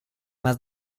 más